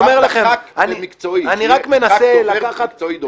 אני אומר לכם --- אמרת ח"כ דובר ומקצועי דובר.